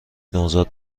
نوزاد